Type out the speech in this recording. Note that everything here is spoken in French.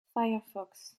firefox